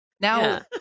now